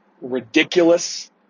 ridiculous